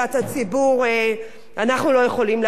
אנחנו לא יכולים להרשות לעצמנו.